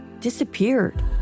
disappeared